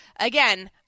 again